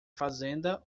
fazenda